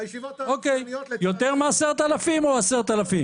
יותר מ-10,000 או 10,000?